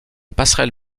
passerelle